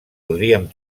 podríem